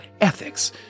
ethics